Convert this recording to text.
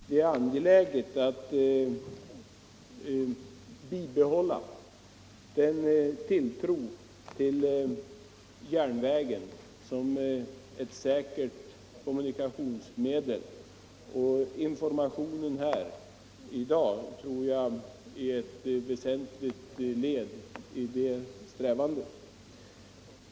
Det är angeläget att bibehålla tilltron till järnvägen såsom ett säkert kommunikationsmedel. Informationen här i dag tror jag är ett väsentligt led i denna strävan.